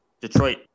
Detroit